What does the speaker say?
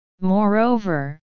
Moreover